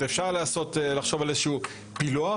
אפשר לחשוב על איזשהו פילוח.